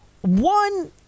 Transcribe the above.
One